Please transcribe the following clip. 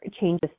changes